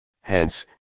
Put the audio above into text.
hence